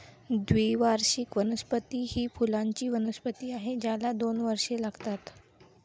द्विवार्षिक वनस्पती ही फुलांची वनस्पती आहे ज्याला दोन वर्षे लागतात